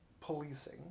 policing